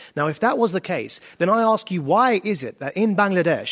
now, if that was the case, then i ask you why is it that in bangladesh,